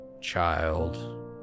child